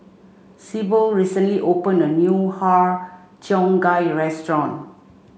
Sibyl recently opened a new Har Cheong Gai restaurant